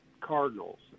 cardinals